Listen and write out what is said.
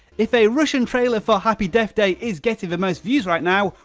if a russian trailer for happy death day is getting the most views right now,